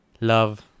love